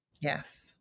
Yes